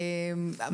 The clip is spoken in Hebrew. נשמע סקירה.